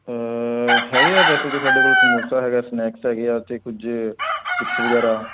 ਆ ਹੈਗੇ ਆ ਵੈਸੇ ਤਾਂ ਸਾਡੇ ਕੋਲ ਸਮੋਸਾ ਹੈਗਾ ਸਨੈਕਸ ਹੈਗੇ ਆ ਤੇ ਕੁਝ ਚਿਪਸ ਵਗੈਰਾ